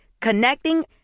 connecting